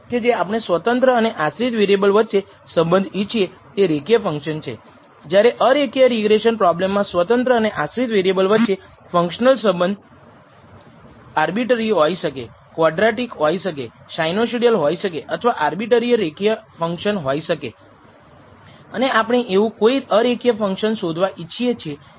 તેથી આપણે આપણા ડેટા સેટથી આવા ખરાબ ડેટાને દૂર કરવા માગીએ છીએ અને બાકીના માપદંડનો ઉપયોગ કરીને રેખીય મોડેલને ફીટ કરી શકીએ છીએ અને તે રેખીય મોડેલની ગુણવત્તામાં સુધારો લાવશે